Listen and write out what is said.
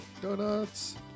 Donuts